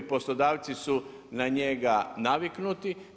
Poslodavci su na njega naviknuti.